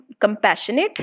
compassionate